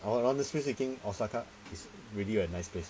oh osaka is really a nice place